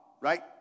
right